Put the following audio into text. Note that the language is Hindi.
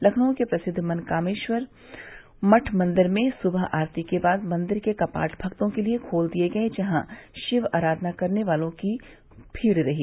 लखनऊ के प्रसिद्व मनकामेश्वर मठ मन्दिर में सुबह आरती के बाद मंदिर के कपाट भक्तों के लिए खोल दिये गये जहां शिव आराधना करने वालों की भीड़ रही